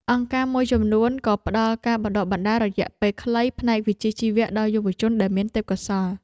អង្គការមួយចំនួនក៏ផ្តល់ការបណ្តុះបណ្តាលរយៈពេលខ្លីផ្នែកវិជ្ជាជីវៈដល់យុវជនដែលមានទេពកោសល្យ។